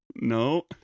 No